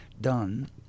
done